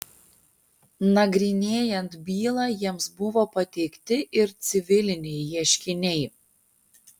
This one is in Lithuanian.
nagrinėjant bylą jiems buvo pateikti ir civiliniai ieškiniai